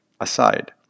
aside